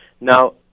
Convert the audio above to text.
Now